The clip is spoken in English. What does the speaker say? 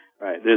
Right